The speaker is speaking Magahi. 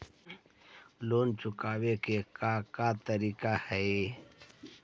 लोन चुकावे के का का तरीका हई?